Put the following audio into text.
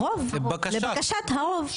רוב לבקשת הרוב.